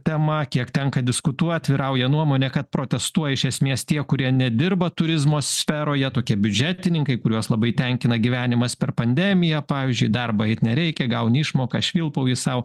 tema kiek tenka diskutuot vyrauja nuomonė kad protestuoja iš esmės tie kurie nedirba turizmo sferoje tokie biudžetininkai kuriuos labai tenkina gyvenimas per pandemiją pavyzdžiui darbą eit nereikia gauni išmoką švilpauji sau